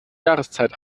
jahreszeit